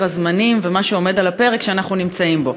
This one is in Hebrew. הזמנים ומה שעומד על הפרק שאנחנו נמצאים בו.